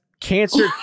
cancer